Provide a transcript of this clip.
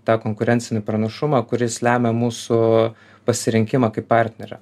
tą konkurencinį pranašumą kuris lemia mūsų pasirinkimą kaip partnerio